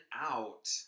out